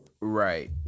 Right